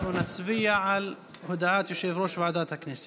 אנחנו נצביע על הודעת יושב-ראש ועדת הכנסת.